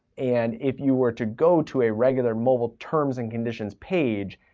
and if you were to go to a regular mobile terms and conditions page,